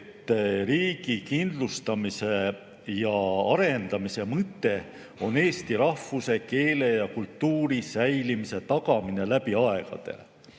riigi kindlustamise ja arendamise mõte on eesti rahvuse, keele ja kultuuri säilimise tagamine läbi aegade.